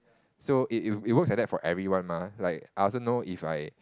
so it it it works like that for everyone mah like I also know if I